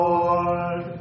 Lord